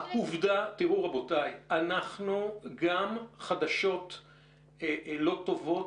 תראו, רבותיי, גם מול חדשות לא טובות,